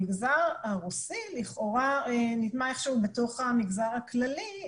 המגזר הרוסי לכאורה נטמע איכשהו בתוך המגזר הכללי,